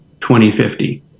2050